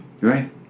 Right